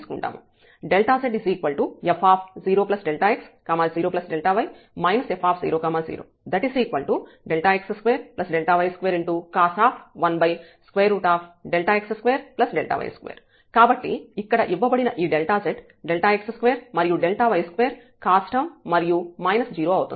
zf0x0y f00 x2y2cos 1x2y2 కాబట్టి ఇక్కడ ఇవ్వబడిన ఈ z x2 మరియు y2 cos టర్మ్ మరియు మైనస్ 0 అవుతుంది